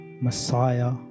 Messiah